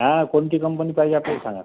हां कोणती कंपनी पाहिजे आपल्याला सांगा